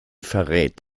verrät